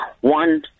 One